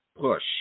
push